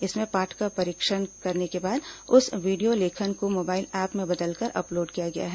इसमें पाठ का परीक्षण करने के बाद उस वीडियो लेखन को मोबाइल ऐप में बदलकर अपलोड किया गया है